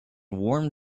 warm